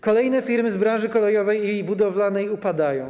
Kolejne firmy z branży kolejowej i budowlanej upadają.